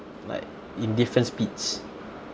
like in different speeds